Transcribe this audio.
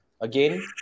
again